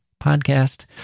podcast